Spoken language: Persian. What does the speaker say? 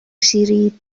شیری